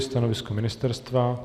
Stanovisko ministerstva?